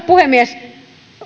puhemies